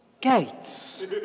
gates